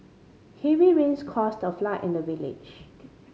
heavy rains caused a flood in the village